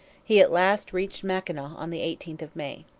he at last reached mackinaw on the eighteenth of may.